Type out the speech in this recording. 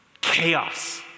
chaos